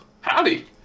Howdy